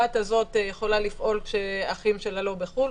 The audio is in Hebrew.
הבת הזאת יכולה לפעול כשהאחים שלה לא בחו"ל,